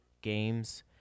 games